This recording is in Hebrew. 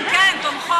כן, כן, תומכות.